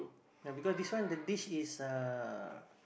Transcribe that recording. ya because this one the dish a